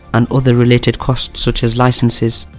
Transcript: and other related costs such as licences.